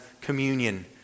communion